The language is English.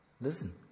Listen